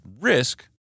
risk